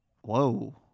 Whoa